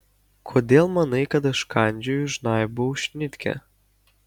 kodėl manai kad aš kandžioju žnaibau šnitkę